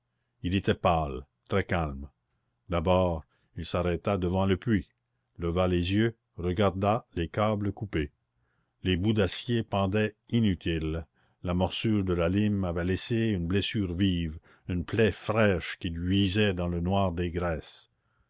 il était pâle très calme d'abord il s'arrêta devant le puits leva les yeux regarda les câbles coupés les bouts d'acier pendaient inutiles la morsure de la lime avait laissé une blessure vive une plaie fraîche qui luisait dans le noir des graisses